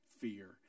fear